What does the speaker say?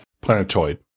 Planetoid